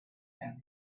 and